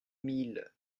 mille